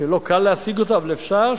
שלא קל להשיג אותו אבל אפשר,